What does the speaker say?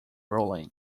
rolling